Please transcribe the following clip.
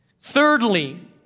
Thirdly